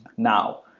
now,